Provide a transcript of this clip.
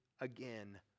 again